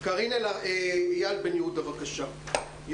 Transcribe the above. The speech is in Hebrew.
אייל בן יהודה, בבקשה.